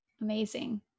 Amazing